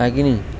है कि नेई